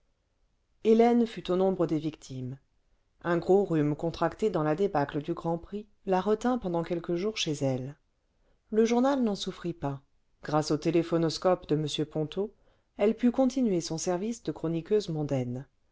hélène fut au nombre des victimes un gros rhume contracté dans la débâcle du grand prix la retint pendant quelques jours chez elle le journal n'en souffrit pas grâce au téléphonoscope de m ponto elle put continuer son service de chroniqueuse mondaine